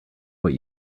what